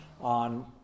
on